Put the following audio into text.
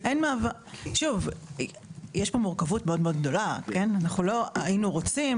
יש פה מורכבות מאוד גדולה, אנחנו לא היינו רוצים